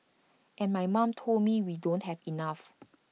and my mom told me we don't have enough